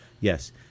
Yes